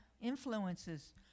influences